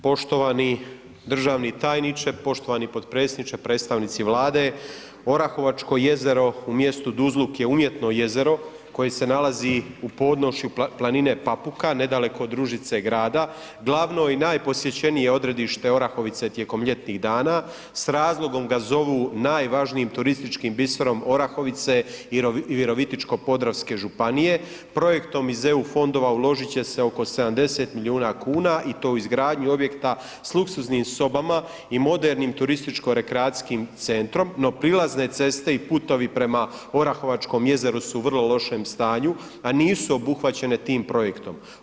Poštovani državni tajniče, poštovani potpredsjedniče, predstavnici Vlade, Orahovačko jezero u mjestu Duzluk je umjetno jezero koje se nalazi u podnožju planine Papuka nedaleko od Ružice grada, glavno i najposjećenije odredište Orahovice tijekom ljetnih dana s razlogom ga zovu najvažnijim turističkim biserom Orahovice i Virovitičko-podravske županije, projektom iz EU fondova uložit će se oko 70 milijuna kuna i to u izgradnji objekta s luksuznim sobama i modernim turističko-rekreacijskim centrom no prilazne ceste i putevi prema Orahovačkom jezeru su u vrlo lošem stanju a nisu obuhvaćene tim projektom.